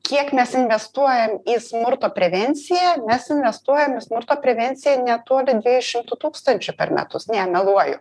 kiek mes investuojam į smurto prevenciją mes investuojam į smurto prevenciją netoli dviejų šimtų tūkstančių per metus ne meluoju